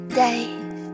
days